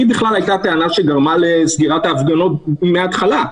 זאת הטענה שגרמה לסגירת ההפגנות מהתחלה.